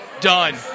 done